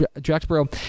Jacksboro